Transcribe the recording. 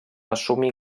assumir